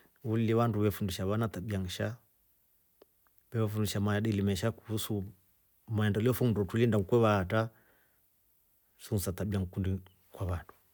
Uli wandu we fundisha wana tabia nsha, we fundisha maadili mesha kuhusu maendelo fo nndu tuliinda kweva atra, nso tabia ngikundi kwa vandu.